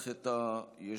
ירושלים,